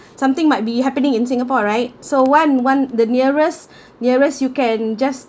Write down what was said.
something might be happening in singapore right so when when the nearest nearest you can just